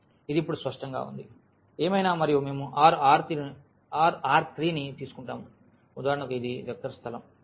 ఇది ఇప్పుడు స్పష్టంగా ఉంది ఏమైనా మరియు మేము RR3 ను తీసుకుంటాము ఉదాహరణకు ఇది వెక్టర్ స్థలం